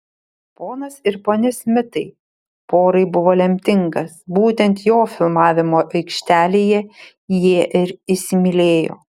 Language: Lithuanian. ponas ir ponia smitai porai buvo lemtingas būtent jo filmavimo aikštelėje jie ir įsimylėjo